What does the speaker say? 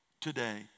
today